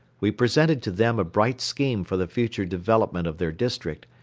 we presented to them a bright scheme for the future development of their district,